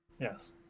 Yes